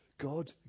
God